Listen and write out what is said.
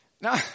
Now